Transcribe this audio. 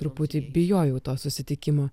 truputį bijojau to susitikimo